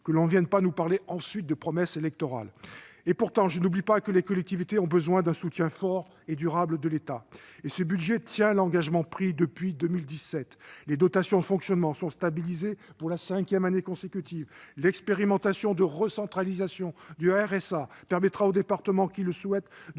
Que l'on ne vienne pas nous parler ensuite de promesses électorales ! Et pourtant, je n'oublie pas que les collectivités ont besoin d'un soutien fort et durable de l'État. Avec ce budget, l'engagement pris depuis 2017 est tenu. Ainsi les dotations de fonctionnement sont-elles stables pour la cinquième année consécutive. L'expérimentation d'une recentralisation du RSA permettra aux départements qui le souhaitent